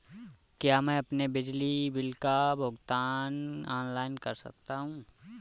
क्या मैं अपने बिजली बिल का भुगतान ऑनलाइन कर सकता हूँ?